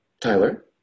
Tyler